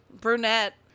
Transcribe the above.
Brunette